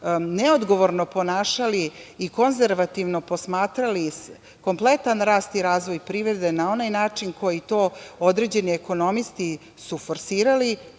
neodgovorno ponašali i konzervativno posmatrali kompletan rast i razvoj privrede na onaj način koji to određeni ekonomisti su forsirali,